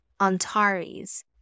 Antares